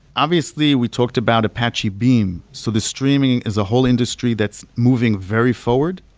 obviously, we talked about apache beam, so the streaming is a whole industry that's moving very forward.